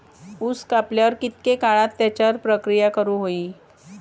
ऊस कापल्यार कितके काळात त्याच्यार प्रक्रिया करू होई?